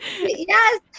Yes